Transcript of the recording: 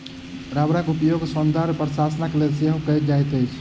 रबड़क उपयोग सौंदर्य प्रशाधनक लेल सेहो कयल जाइत अछि